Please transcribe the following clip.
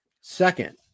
Second